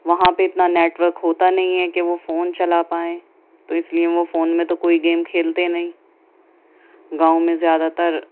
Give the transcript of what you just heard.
وہاں پہ اتنا نیٹ ورک ہوتا نہیں ہے کہ وہ فون چلا پائیں تو اس لیے وہ فون میں تو کوئی گیم کھیلتے نہیں گاؤں میں زیادہ تر